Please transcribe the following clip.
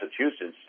Massachusetts